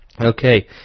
Okay